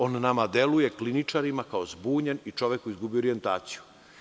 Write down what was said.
On nama deluje, kliničarima, kao zbunjen i čovek koji gubi orijentaciju.